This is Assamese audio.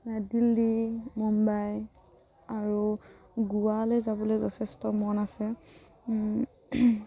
দিল্লী মুম্বাই আৰু গোৱালৈ যাবলৈ যথেষ্ট মন আছে